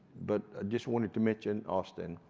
but just wanted to mention austin.